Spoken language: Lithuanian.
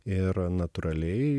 ir natūraliai